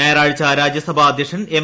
ഞായറാഴ്ച് രാജ്യസഭാ അധ്യക്ഷൻ എം